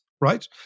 right